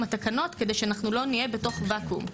התקנות כדי שאנחנו לא נהיה בתוך ואקום,